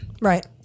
Right